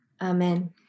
Amen